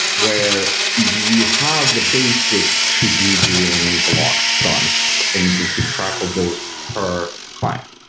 where where you have the basic to-do doing blocks done and you can keep track of those per client.